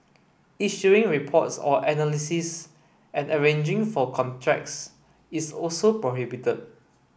issuing reports or analysis and arranging for contracts is also prohibited